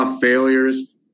failures